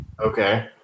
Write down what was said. Okay